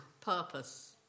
purpose